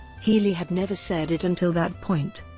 healey had never said it until that point,